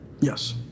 Yes